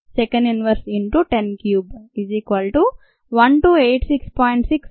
6 s21